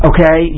Okay